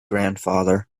grandfather